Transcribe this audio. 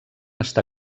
està